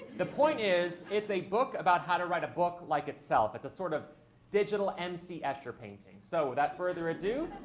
the point is, it's a book about how to write a book like itself. it's a sort of digital mc escher painting. so without further ado,